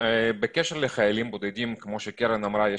בקשר לחיילים בודדים כמו שקרן אמרה,